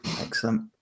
excellent